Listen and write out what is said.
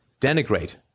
denigrate